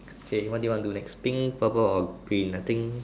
k what do you want to do next pink purple or green I think